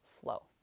flow